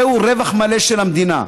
זהו רווח מלא של המדינה.